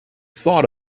thought